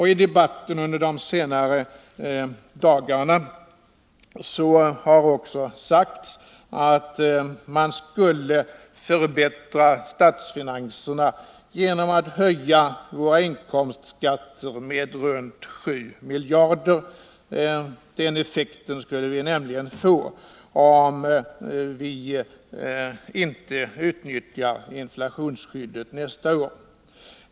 I debatten under de senaste dagarna har också sagts att man skulle förbättra statsfinanserna genom att höja våra inkomstskatter med i runt tal 7 miljarder. Den effekten skulle vi nämligen få om vi inte utnyttjar inflationsskyddet nästa år.